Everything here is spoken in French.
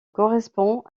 correspond